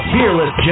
Fearless